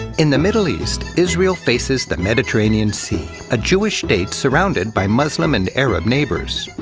in the middle east, israel faces the mediterranean sea a jewish state surrounded by muslim and arab neighbors.